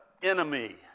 enemy